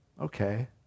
okay